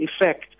effect